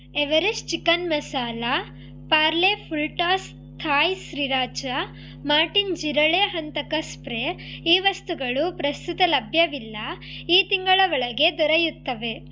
Everest chicken masala Parle full toss Thai sriracha Martin ಜಿರಳೆ ಹಂತಕ spray ಈ ವಸ್ತುಗಳು ಪ್ರಸ್ತುತ ಲಭ್ಯವಿಲ್ಲ ಈ ತಿಂಗಳ ಒಳಗೆ ದೊರೆಯುತ್ತವೆ